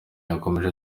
yakomeje